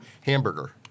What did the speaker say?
hamburger